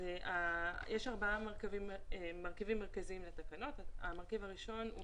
יש ארבעה מרכיבים מרכזיים לתקנות כאשר המרכיב הראשון הוא